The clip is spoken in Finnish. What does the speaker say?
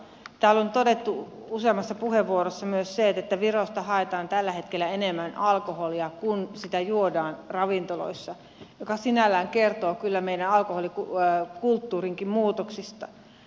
täällä on todettu useammassa puheenvuorossa myös se että virosta haetaan tällä hetkellä enemmän alkoholia kuin sitä juodaan ravintoloissa mikä sinällään kertoo kyllä meidän alkoholikulttuurinkin muutoksista